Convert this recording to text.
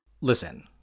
Listen